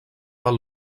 del